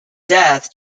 death